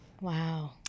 Wow